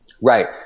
Right